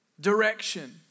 direction